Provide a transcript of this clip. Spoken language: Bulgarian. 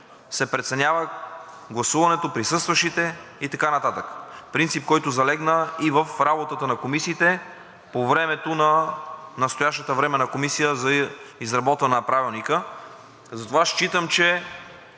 се преценява гласуването, присъстващите и така нататък. Принцип, който залегна и в работата на комисиите по времето на настоящата временна комисия за изработване на Правилника. Затова считам, че